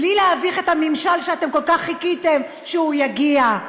בלי להביך את הממשל שאתם כל כך חיכיתם שהוא יגיע.